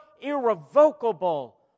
irrevocable